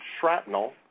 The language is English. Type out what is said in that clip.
shrapnel